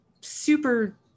super